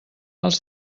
els